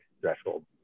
threshold